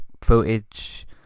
footage